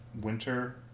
winter